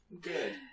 good